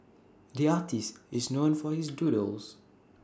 the artist is known for his doodles